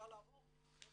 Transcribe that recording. (הצגת מצגת)